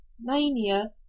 mania